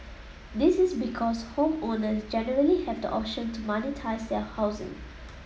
this is because homeowners generally have the option to monetise their housing